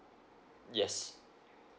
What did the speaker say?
yes